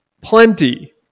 plenty